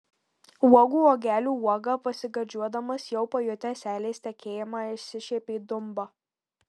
uogų uogelių uoga pasigardžiuodamas jau pajutęs seilės tekėjimą išsišiepė dumba